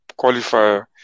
qualifier